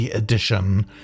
edition